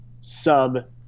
sub